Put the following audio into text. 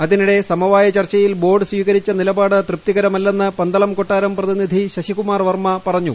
അതിനിടെ സമവായ ചർച്ചയിൽ ബോർഡ് സ്വീകരിച്ച നിലപാട് തൃപ്തികരമല്ലെന്ന് പന്തളം കൊട്ടാരം പ്രതിനിധി ശശികുമാർ വർമ്മ പറഞ്ഞു